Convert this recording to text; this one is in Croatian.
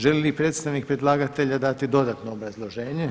Želi li predstavnik predlagatelja dati dodatno obrazloženje?